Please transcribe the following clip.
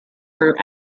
through